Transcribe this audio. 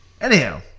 Anyhow